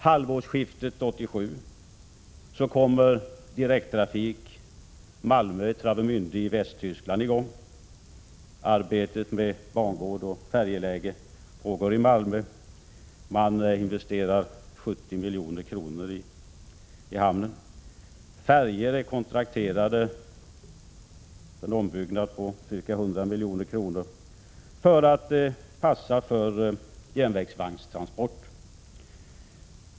Halvårsskiftet 1987 kommer direkttrafik Malmö-Travemände i Västtyskland i gång. Arbetet med bangård och färjeläge pågår i Malmö; man investerar 70 milj.kr. i hamnen. En ombyggnad av färjor är kontrakterad för ca 100 milj.kr. för att de skall passa för järnvägsvagnstransporter.